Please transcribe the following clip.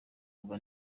kuva